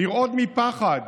לרעוד מפחד